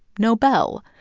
nobel.